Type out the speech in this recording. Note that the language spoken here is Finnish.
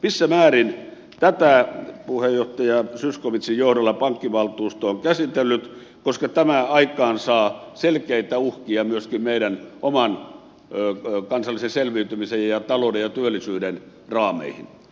missä määrin tätä puheenjohtaja zyskowiczin johdolla pankkivaltuusto on käsitellyt koska tämä aikaansaa selkeitä uhkia myöskin meidän oman kansallisen selviytymisen ja talouden ja työllisyyden raameihin